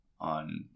on